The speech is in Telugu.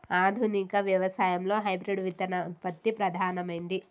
ఆధునిక వ్యవసాయం లో హైబ్రిడ్ విత్తన ఉత్పత్తి ప్రధానమైంది